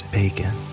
bacon